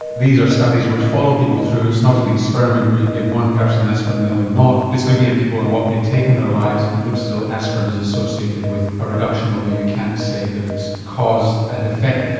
these are studies which follow people through, it's not an experiment where you give one person aspirin and the other not, it's looking at people and what they take in their lives and it looks as though aspirin is associated with a reduction although you can't say that it's cause and effect.